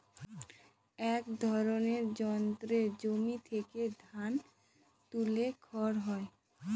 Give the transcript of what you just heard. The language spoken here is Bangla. এক ধরনের যন্ত্রে জমি থেকে ধান তুলে খড় হয়